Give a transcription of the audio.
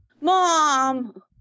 Mom